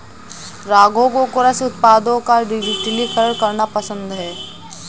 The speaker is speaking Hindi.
राघव को कृषि उत्पादों का डिजिटलीकरण करना पसंद है